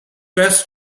best